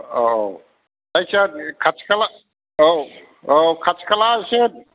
औ जायखिया खाथि खाला औ औ खाथि खाला एसे